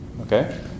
Okay